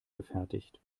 gefertigt